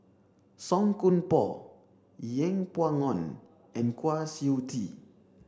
Song Koon Poh Yeng Pway Ngon and Kwa Siew Tee